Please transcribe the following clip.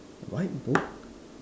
white book